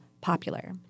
popular